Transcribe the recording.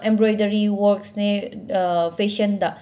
embroidery works ꯅꯦ ꯐꯦꯁꯟꯗ